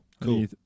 Cool